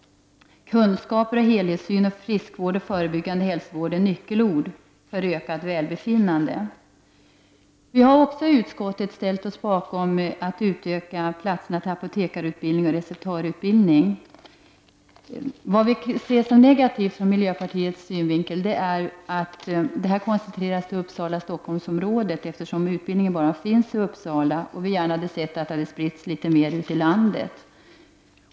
Kunskaper och helhetssyn, friskvård och förebyggande hälsovård är nyckelord för ökat välbefinnande. I utskottet har vi också ställt oss bakom förslaget att öka platserna på apotekarutbildningen och på receptarieutbildningen. Ur miljöpartiets synvinkel är det negativt att dessa utbildningar koncentreras till Uppsala —Stockholmsområdet, eftersom utbildningen finns bara i Uppsala. Jag hade gärna sett att den spridits ut litet mer över landet.